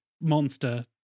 monster